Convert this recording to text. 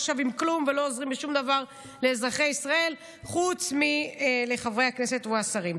שווים כלום ולא עוזרים בשום דבר לאזרחי ישראל חוץ מלחברי הכנסת או השרים.